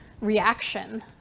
reaction